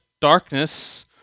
darkness